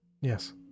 Yes